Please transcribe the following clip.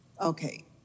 Okay